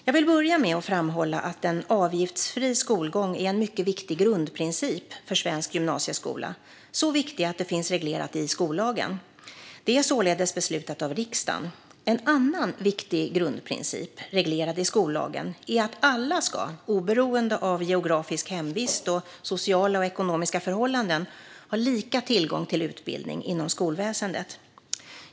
Jag vill börja med att framhålla att en avgiftsfri skolgång är en mycket viktig grundprincip för svensk gymnasieskola, så viktig att det finns reglerat i skollagen. Det är således beslutat av riksdagen. En annan viktig grundprincip, reglerad i skollagen, är att alla, oberoende av geografisk hemvist och sociala och ekonomiska förhållanden, ska ha lika tillgång till utbildning inom skolväsendet.